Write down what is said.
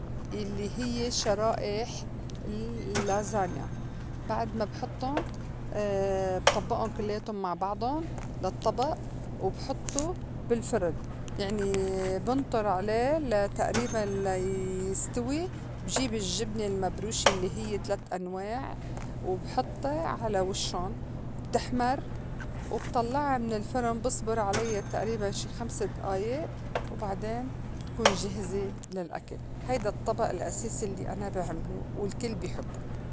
يلّي هيّ شرائح ال- لازانيا بعد ما بحطّن بطبّقن كلّياتُن مع بعضُن للطبق وبحطو بالفرِن يعني بنطر عليه لا تئريباً ليستوي بجيب الجبنة المبروشة الّي هيّ تلات أنواع وبحطّا على وشّن بتحْمر وبطلّعا من الفرن بصبر عليّا تئريباً شي خمس دئايئ وبعدين بتكون جاهزة للأكل هيدا الطّبئ الأساسي الّي أنا بعملو والكل بيحبّو.